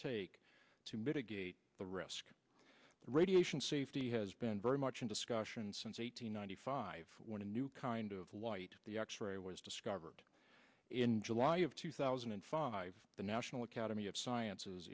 take to mitigate the risk radiation safety has been very much in discussion since eight hundred ninety five when a new kind of light the x ray was discovered in july of two thousand and five the national academy of sciences